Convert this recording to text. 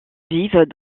vivent